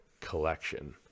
collection